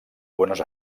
buenos